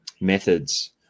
methods